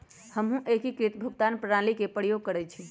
हमहु एकीकृत भुगतान प्रणाली के प्रयोग करइछि